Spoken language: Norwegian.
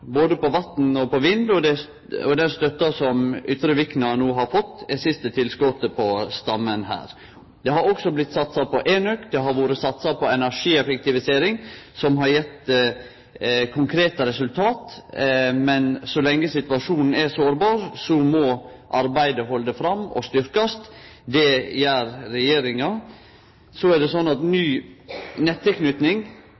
både for vatn og for vind, og den stønaden som Ytre Vikna no har fått, er siste tilskotet på stammen her. Det har òg vore satsa på enøk, og det har vore satsa på energieffektivisering, som har gitt konkrete resultat, men så lenge situasjonen er sårbar, må arbeidet halde fram og styrkjast. Det gjer regjeringa. Så er det sånn at